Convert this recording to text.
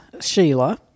sheila